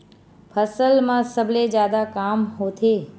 फसल मा सबले जादा कामा होथे?